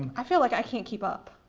i feel like i can't keep up.